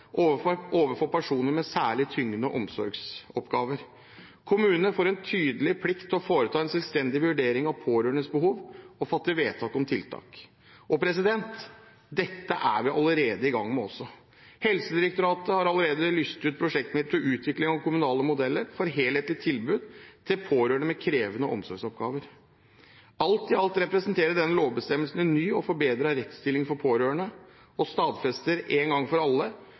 overfor personer med særlig tyngende omsorgsoppgaver. Kommunene får en tydelig plikt til å foreta en selvstendig vurdering av pårørendes behov og fatte vedtak om tiltak. Dette er vi allerede i gang med også. Helsedirektoratet har allerede lyst ut prosjekter til utvikling av kommunale modeller for helhetlige tilbud til pårørende med krevende omsorgsoppgaver. Alt i alt representerer denne lovbestemmelsen en ny og forbedret rettsstilling for pårørende og stadfester en gang for alle